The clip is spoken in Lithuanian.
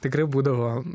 tikrai būdavo